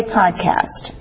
podcast